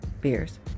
beers